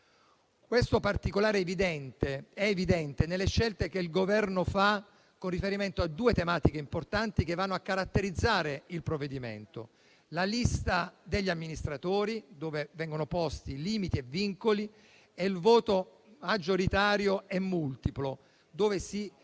Questo particolare è evidente nelle scelte che il Governo fa con riferimento a due tematiche importanti, che vanno a caratterizzare il provvedimento: la lista degli amministratori, dove vengono posti limiti e vincoli, e il voto maggioritario e multiplo, dove si premiano